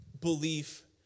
belief